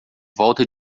volta